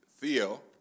Theo